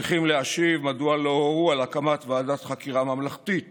צריכים להשיב מדוע לא הורו על הקמת ועדת חקירה ממלכתית